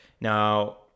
Now